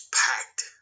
packed